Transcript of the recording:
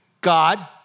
God